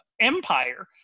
empire